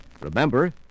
Remember